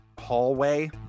hallway